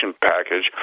package